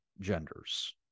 genders